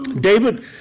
David